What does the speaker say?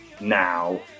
now